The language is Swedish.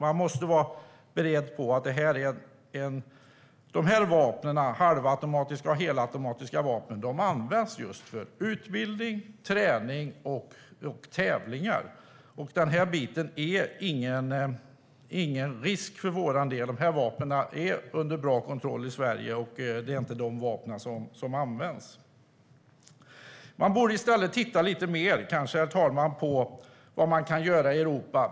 Man ska vara medveten om att halvautomatiska och helautomatiska vapen används just för utbildning, träning och tävlingar. Användningen av dessa vapen i Sverige är ingen risk eftersom de är under bra kontroll. Det är inte sådana vapen som används vid terrordåd. I stället borde man titta mer på vad man kan göra i Europa.